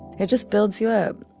it just builds you up.